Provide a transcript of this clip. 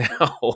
now